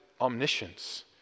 omniscience